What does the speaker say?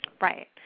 Right